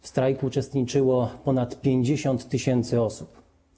W strajku uczestniczyło ponad 50 tys. osób.